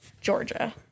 Georgia